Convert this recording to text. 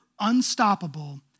unstoppable